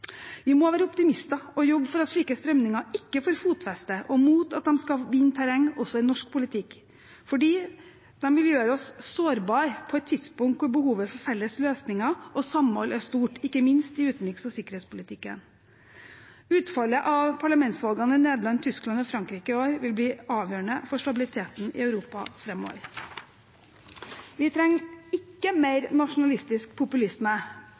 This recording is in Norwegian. Vi må være optimister og jobbe for at slike strømninger ikke får fotfeste, og mot at de skal vinne terreng også i norsk politikk, fordi de vil gjøre oss sårbare på et tidspunkt da behovet for felles løsninger og samhold er stort, ikke minst i utenriks- og sikkerhetspolitikken. Utfallet av parlamentsvalgene i Nederland, Tyskland og Frankrike i år vil bli avgjørende for stabiliteten i Europa framover. Vi trenger ikke mer nasjonalistisk populisme.